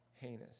heinous